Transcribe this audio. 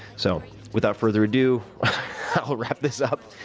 so, without further ado, i will wrap this up.